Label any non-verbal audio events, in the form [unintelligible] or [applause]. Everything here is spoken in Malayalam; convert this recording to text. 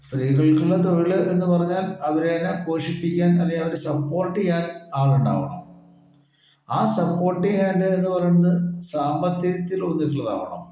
സ്ത്രീകൾക്കുള്ള തൊഴില് എന്ന് പറഞ്ഞാൽ അവര് തന്നെ പോഷിപ്പിക്കാൻ അല്ലെങ്കി അവരെ സപ്പോട്ട് ചെയ്യാൻ ആളുണ്ടാവണം ആ സപ്പോർട്ടെയ്യാനെന്നു പറയണത് സാമ്പത്തികത്തില് [unintelligible] ഉള്ളതാവണം